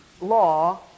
law